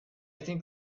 think